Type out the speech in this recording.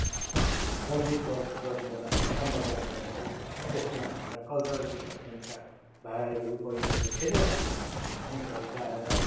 रन्जित गज गजमेरलाई या सम्बर्धना गरियो त्यसमा हाम्रा कल्चरल डिपार्टमेन्टका भाइहरू बैनीहरूले धेरै राम्रा गीतहरू गाएर